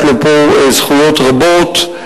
יש לו פה זכויות רבות,